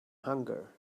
hunger